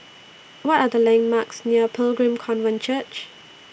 What Are The landmarks near Pilgrim Covenant Church